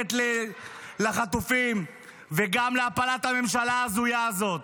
למען החטופים וגם להפלת הממשלה ההזויה הזאת.